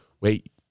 wait